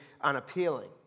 unappealing